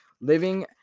living